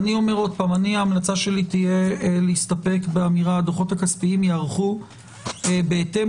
ההמלצה שלי תהיה להסתפק באמירה: הדוחות הכספיים ייערכו בהתאם